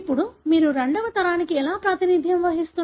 ఇప్పుడు మీరు రెండవ తరానికి ఎలా ప్రాతినిధ్యం వహిస్తున్నారు